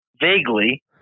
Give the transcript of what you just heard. Vaguely